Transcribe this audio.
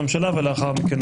בבקשה.